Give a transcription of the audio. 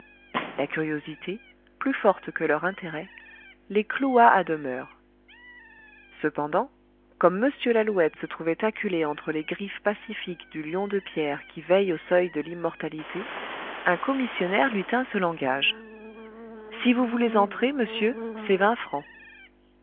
la curiosité plus forte que leur intérêt les cloua à demeure cependant comme m lalouette se trouvait acculé entre les griffes pacifiques du lion de pierre qui veille au seuil de l'immortalité un commissionnaire lui tint ce langage si vous voulez entrer monsieur